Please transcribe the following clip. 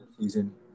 season